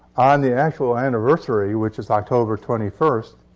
on the actual anniversary, which is october twenty first,